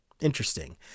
Interesting